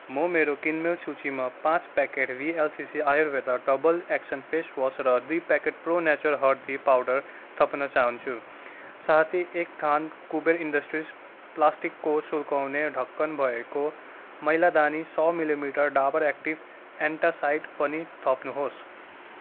म मेरो किनमेल सूचीमा पाँच packet VLCC Ayurveda double action face wash र दुई प्याकेट प्रो नेचर हर्दी पाउडर थप्न चाहन्छु साथै एकथान कुबेर इन्डस्ट्रिज प्लास्टिकको सुल्काउने ढक्कन भएको मैलादानी सय मिलिमिटर डाबर एक्टिभ एन्टासाइड पनि थप्नुहोस्